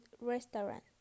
restaurant